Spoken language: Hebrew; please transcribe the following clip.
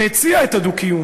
שהציע את הדו-קיום,